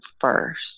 first